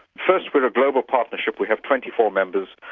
first we're a global partnership. we have twenty four members,